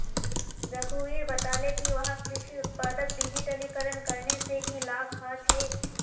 रघुवीर बताले कि वहाक कृषि उत्पादक डिजिटलीकरण करने से की लाभ ह छे